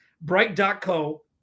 Bright.co